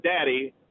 daddy